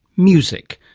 music,